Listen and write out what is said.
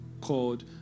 called